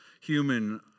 human